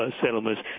Settlements